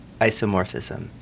isomorphism